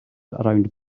around